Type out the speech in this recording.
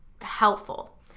helpful